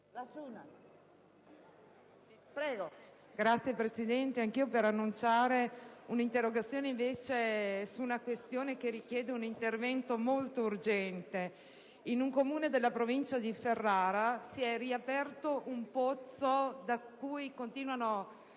Signora Presidente, anch'io desidero annunciare un'interrogazione su una questione che richiede un intervento molto urgente. In un Comune della Provincia di Ferrara, si è riaperto un pozzo da cui continuano